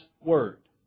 Word